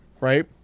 right